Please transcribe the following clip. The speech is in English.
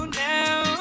now